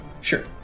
Sure